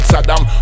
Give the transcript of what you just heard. Saddam